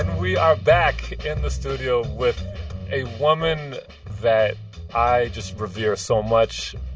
and we are back in the studio with a woman that i just revere so much.